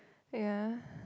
ya